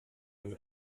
eine